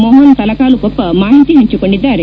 ಮೋಹನ್ ತಲಕಾಲುಕೊಪ್ಪ ಮಾಹಿತಿ ಹಂಚಿಕೊಂಡಿದ್ದಾರೆ